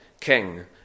king